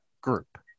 group